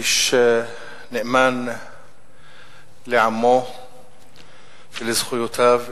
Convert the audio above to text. איש נאמן לעמו ולזכויותיו,